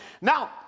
Now